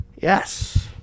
Yes